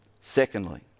Secondly